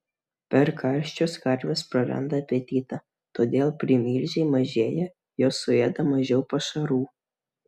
per karščius karvės praranda apetitą todėl primilžiai mažėja jos suėda mažiau pašarų